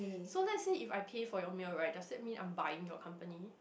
so let's say if I pay for your meal right does it mean I'm buying your company